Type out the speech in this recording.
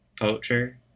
Poacher